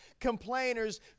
complainers